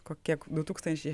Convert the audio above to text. ko kiek du tūkstančiai